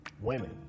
women